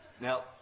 Now